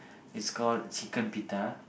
it's called chicken pita